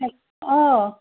অ